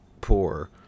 poor